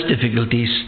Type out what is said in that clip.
difficulties